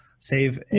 save